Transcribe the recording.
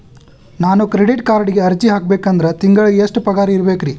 ನಾನು ಕ್ರೆಡಿಟ್ ಕಾರ್ಡ್ಗೆ ಅರ್ಜಿ ಹಾಕ್ಬೇಕಂದ್ರ ತಿಂಗಳಿಗೆ ಎಷ್ಟ ಪಗಾರ್ ಇರ್ಬೆಕ್ರಿ?